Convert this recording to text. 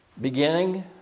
Beginning